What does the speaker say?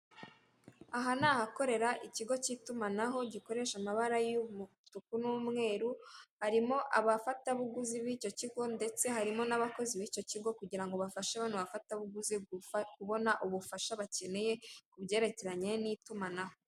Aha ni ahakorera ikigo cy'itumanaho, gikoresha amabara y'umutuku n'umwer, harimo abafatabuguzi b'icyo kigo ndetse harimo n'abakozi n'icyo kigo kugira ngo bafashe bano bafatabuguzi kubona ubufasha bakeneye ku byerekeranye n'itumanaho.